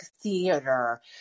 theater